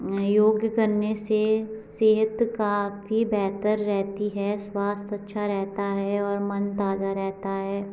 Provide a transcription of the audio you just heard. योग करने से सेहत काफी बेहतर रहती है स्वास्थ्य अच्छा रहता है और मन ताजा रहता है